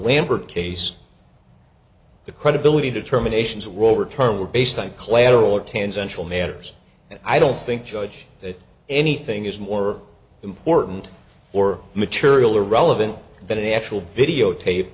lambert case the credibility determinations were overturned were based on collateral or tangential matters and i don't think judge that anything is more important or material or relevant than an actual videotape